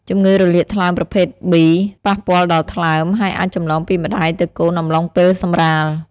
ជំងឺរលាកថ្លើមប្រភេទ B ប៉ះពាល់ដល់ថ្លើម ហើយអាចចម្លងពីម្តាយទៅកូនអំឡុងពេលសម្រាល។